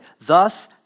Thus